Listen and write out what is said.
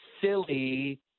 silly